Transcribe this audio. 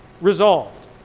resolved